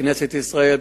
לכנסת ישראל.